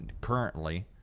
currently